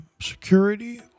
security